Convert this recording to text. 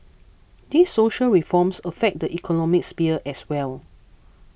these social reforms affect the economic sphere as well